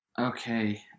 Okay